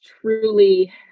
truly